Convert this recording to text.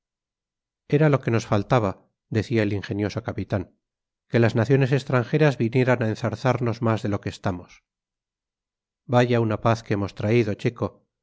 era lo que nos faltaba decía el ingenioso capitán que las naciones extranjeras vinieran a enzarzarnos más de lo que estamos vaya una paz que hemos traído chico